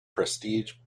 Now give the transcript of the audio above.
prestige